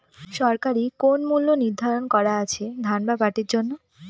সরকারি কোন মূল্য নিধারন করা আছে ধান বা পাটের জন্য?